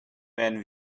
when